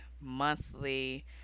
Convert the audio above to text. monthly